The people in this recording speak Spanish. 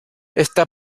esta